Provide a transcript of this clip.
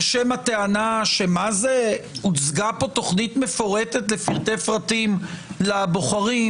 בשם הטענה שהוצגה פה תוכנית מפורטת לפרטי פרטים לבוחרים,